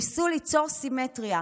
ניסו ליצור סימטריה.